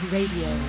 Radio